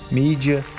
mídia